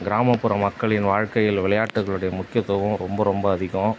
கிராமப்புற மக்களின் வாழ்க்கையில் விளையாட்டுகளுடைய முக்கியத்துவம் ரொம்ப ரொம்ப அதிகம்